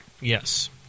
Yes